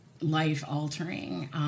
life-altering